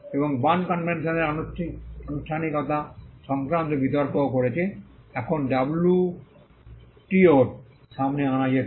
এবং বার্ন কনভেনশনের আনুষ্ঠানিকতা সংক্রান্ত বিতর্কও করেছে এখন ডাব্লুটিও র সামনে আনা যেত